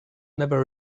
never